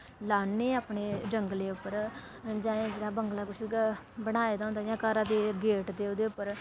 लान्नें अपने जंगले उप्पर जां एह् जि'यां बंगले पिच्छूं गै बनाए दा होंदा जि'यां घरा दे गेट दे ओह्दे उप्पर